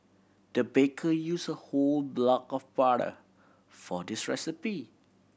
the baker used a whole block of butter for this recipe